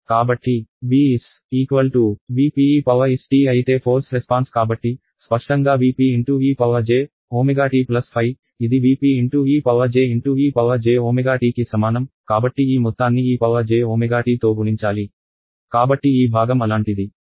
కాబట్టి V s V p e st అయితే force response కాబట్టి స్పష్టంగా V p e j ω t ϕ ఇది V p e j e j ωt కి సమానం కాబట్టి ఈ మొత్తాన్ని ejωt తో గుణించాలి కాబట్టి ఈ భాగం అలాంటిది